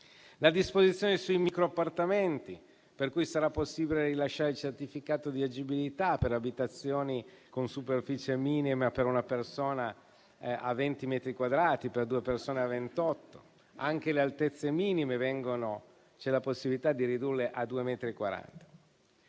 la disposizione sui microappartamenti, per cui sarà possibile rilasciare il certificato di agibilità per abitazioni con superficie minima per una persona a 20 metri quadrati e per due persone a 28; c'è anche la possibilità di ridurre le